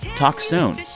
talk soon.